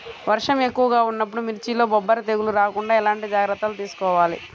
వర్షం ఎక్కువగా ఉన్నప్పుడు మిర్చిలో బొబ్బర తెగులు రాకుండా ఎలాంటి జాగ్రత్తలు తీసుకోవాలి?